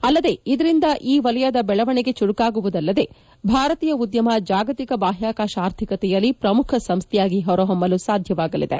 ಅಲ್ಲದೆ ಇದರಿಂದ ಈ ವಲಯದ ಬೆಳವಣಿಗೆ ಚುರುಕಾಗುವುದಲ್ಲದೆ ಭಾರತೀಯ ಉದ್ಯಮ ಜಾಗತಿಕ ಬಾಹ್ಯಾಕಾಶ ಆರ್ಥಿಕತೆಯಲ್ಲಿ ಪ್ರಮುಖ ಸಂಸ್ಥೆಯಾಗಿ ಹೊರಹೊಮ್ಮಲು ಸಾಧ್ಯವಾಗಲಿದೆ